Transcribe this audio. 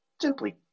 Simply